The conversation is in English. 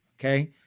okay